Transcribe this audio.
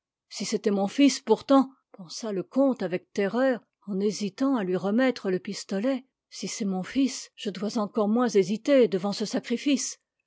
si c'était mon fils pourtant pensa le comte avec terreur en hésitant à lui remettre le pistolet si c'est mon fils je dois encore moins hésiter devant ce sacrifice